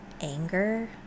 anger